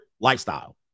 lifestyle